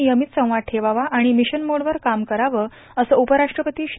नियमित संवाद ठेवावा आणि मिशन मोड वर काम करावं असं उपराष्ट्रपती श्री